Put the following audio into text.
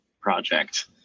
project